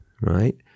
right